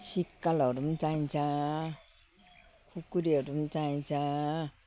सिक्कलहरू चाहिन्छ खुकुरीहरू चाहिन्छ